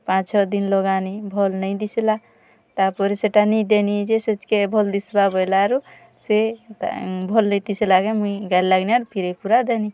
ପାଞ୍ଚ୍ ଛଅ ଦିନ୍ ଲଗାନି ଭଲ୍ ନାଇ ଦିଶିଲା ତା'ପରେ ସେଇଟା ନିଜେ ନିଜେ ସେତ୍କେ ଭଲ୍ ଦିଶ୍ବା ବୋଲାରୁ ସେ ଭଲ୍ ନାଇଁ ଦିଶି ଲାଗେ ମୁଁଇ ଜାଣିଲାକି ଫେରି ଫୁରା ଦେଲି